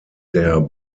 der